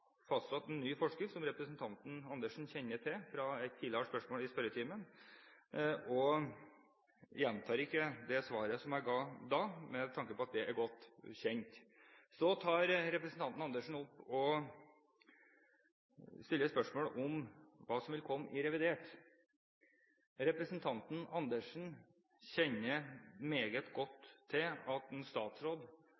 fastsatt en ny forskrift, som representanten Andersen kjenner til fra et tidligere spørsmål i spørretimen, og jeg gjentar ikke det svaret som jeg ga da, ettersom det er godt kjent. Så stiller representanten Andersen spørsmål om hva som vil komme i revidert nasjonalbudsjett. Representanten Andersen kjenner meget godt